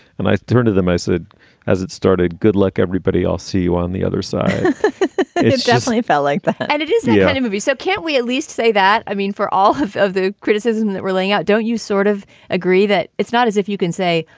and i turned to them. i said as it started. good luck, everybody. i'll see you on the other side it's definitely felt like and it is the yeah movie. so can't we at least say that? i mean, for all of of the criticism that we're laying out, don't you sort of agree that it's not as if you can say,